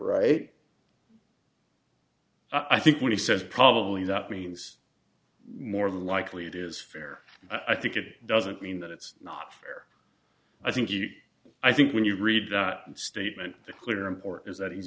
right i think when he says probably that means more than likely it is fair i think it doesn't mean that it's not fair i think i think when you read the statement the clear import is that he's